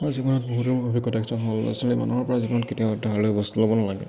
মোৰ জীৱনত বহুতো অভিজ্ঞতা কিছুমান হ'ল আচলতে মানুহৰপৰা জীৱনত কেতিয়াও ধাৰলৈ বস্তু ল'ব নালাগে